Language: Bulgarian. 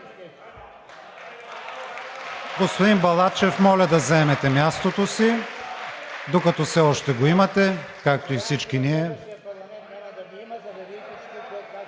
Господин Балачев, моля да заемете мястото си, докато все още го имате, както и всички ние.